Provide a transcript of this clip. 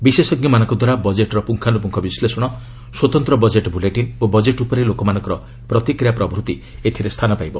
ବିଶେଷଜ୍ଞମାନଙ୍କ ଦ୍ୱାରା ବଜେଟର ପୁଙ୍ଗାନୁପୁଙ୍ଗ ବିଶ୍ଳେଷଣ ସ୍ୱତନ୍ତ ବଜେଟ୍ ବୁଲେଟିନ୍ ଓ ବଜେଟ୍ ଉପରେ ଲୋକମାନଙ୍କର ପ୍ରତିକ୍ରିୟା ପ୍ରଭୂତି ଏଥିରେ ସ୍ଥାନ ପାଇବ